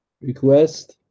Request